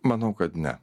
manau kad ne